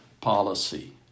policy